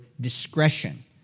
discretion